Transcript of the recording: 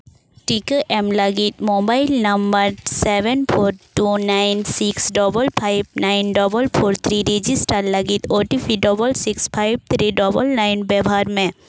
ᱴᱤᱠᱟᱹ ᱮᱢ ᱞᱟᱹᱜᱤᱫ mobile number seven four two nine six double five nine double four three register ᱞᱟᱹᱜᱤᱫ O T P double six five three double nine ᱵᱮᱵᱚᱦᱟᱨ ᱢᱮ